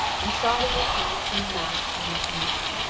and saw the retainers in a mass coming to meet him.